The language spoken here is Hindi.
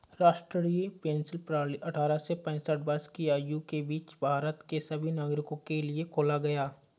राष्ट्रीय पेंशन प्रणाली अट्ठारह से पेंसठ वर्ष की आयु के बीच भारत के सभी नागरिकों के लिए खोला गया